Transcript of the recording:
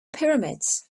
pyramids